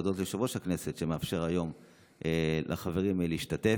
ולהודות ליושב-ראש הכנסת שמאפשר היום לחברים להשתתף.